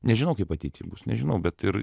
nežinau kaip ateity bus nežinau bet ir